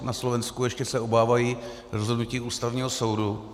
Na Slovensku se ještě obávají rozhodnutí Ústavního soudu.